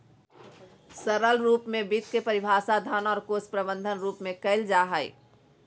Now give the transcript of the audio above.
सरल रूप में वित्त के परिभाषा धन और कोश प्रबन्धन रूप में कइल जा हइ